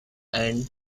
and